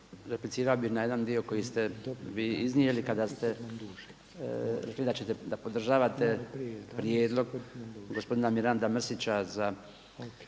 replicirao bih na jedan dio koji ste vi iznijeli kada ste rekli da podržavate prijedlog gospodina Miranda Mrsića da